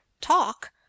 Talk